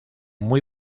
muy